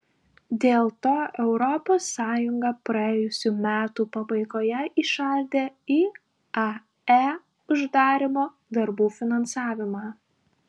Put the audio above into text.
dėl to europos sąjunga praėjusių metų pabaigoje įšaldė iae uždarymo darbų finansavimą